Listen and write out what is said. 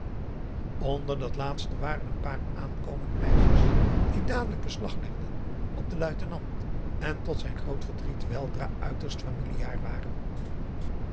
onder dat laatste waren een paar aankomende meisjes die dadelijk beslag legden op den luitenant en tot zijn groot verdriet weldra uiterst familiaar waren